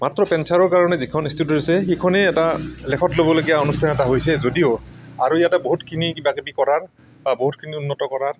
মাত্ৰ কেন্সাৰৰ কাৰণে যিখন ইনষ্টিটিউট আছে সেইখনেই এটা লেখতলবলগীয়া অনুষ্ঠান এটা হৈছে যদিও আৰু ইয়াতে বহুতখিনি কিবা কিবি কৰাৰ বহুতখিনি উন্নত কৰাৰ